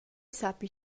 sappi